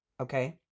Okay